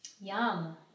Yum